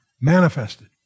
Manifested